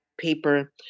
paper